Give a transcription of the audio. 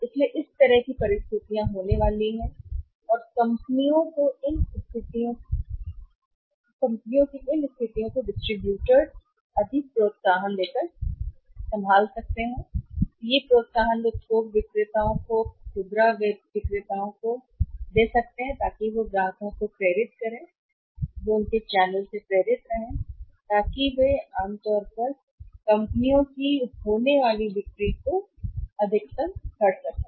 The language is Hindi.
इसलिए इस तरह की परिस्थितियां होने वाली हैं इसलिए कंपनियां इन स्थितियों को भी संभालती हैं डिस्ट्रीब्यूटर्स को डिस्ट्रीब्यूटर्स को अतिरिक्त प्रोत्साहन देना थोक विक्रेताओं को खुदरा विक्रेताओं ताकि वे ग्राहकों को प्रेरित करें या उनके चैनल प्रेरित रहें ताकि वे कर सकें आमतौर पर होने वाली कंपनियों की बिक्री को अधिकतम करें